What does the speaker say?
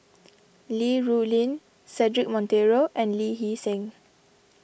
Li Rulin Cedric Monteiro and Lee Hee Seng